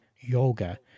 yoga